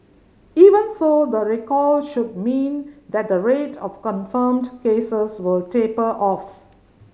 even so the recall should mean that the rate of confirmed cases will taper off